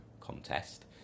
contest